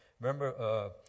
Remember